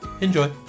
Enjoy